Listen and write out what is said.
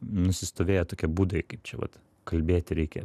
nusistovėję tokie būdai kaip čia vat kalbėti reikia